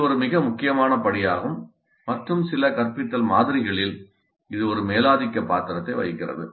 இது ஒரு மிக முக்கியமான படியாகும் மற்றும் சில கற்பித்தல் மாதிரிகளில் இது ஒரு மேலாதிக்க பாத்திரத்தை வகிக்கிறது